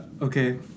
Okay